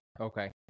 Okay